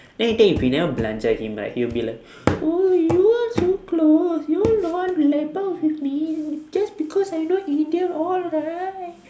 then later if we never belanja him right he will be like oh you are so close you all don't want to lepak with me just because I not indian all right